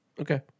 Okay